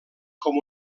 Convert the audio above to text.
com